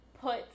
put